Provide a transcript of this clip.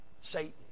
Satan